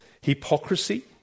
Hypocrisy